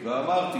ואמרתי,